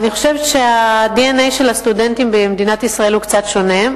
אני חושבת שה-DNA של הסטודנטים במדינת ישראל הוא קצת שונה,